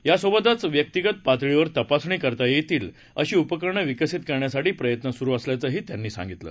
यासोबतच व्यक्तिगत पातळीवर तपासणी करता येतील अशी उपकरण विकसित करण्यासाठी प्रयत्न सुरु असल्याचंही त्यांनी सांगितलं